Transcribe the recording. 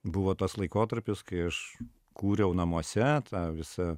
buvo tas laikotarpis kai aš kūriau namuose tą visą